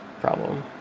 problem